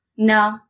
no